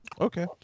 Okay